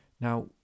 Now